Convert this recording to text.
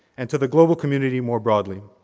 and to the global community more broadly.